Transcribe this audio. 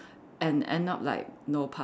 and end up like know pass~